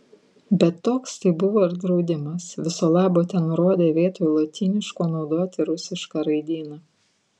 bet toks tai buvo ir draudimas viso labo tenurodė vietoj lotyniško naudoti rusišką raidyną